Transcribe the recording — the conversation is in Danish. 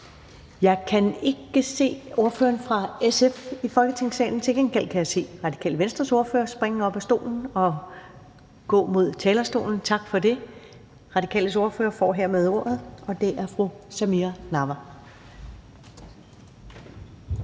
Jeg kan ikke se ordføreren fra SF i Folketingssalen. Til gengæld kan jeg se Radikale Venstres ordfører springe op af stolen og gå mod talerstolen – tak for det. Radikales ordfører får hermed ordet, og det er fru Samira Nawa.